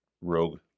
rogue